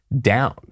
down